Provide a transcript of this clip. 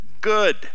good